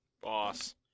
Boss